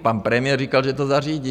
Pan premiér říkal, že to zařídí.